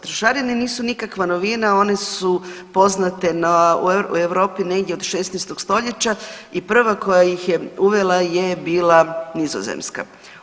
Trošarine nisu nikakva novina, one su poznate u Europi negdje od 16 stoljeća i prva koja ih je uvela je bila Nizozemska.